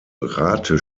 rate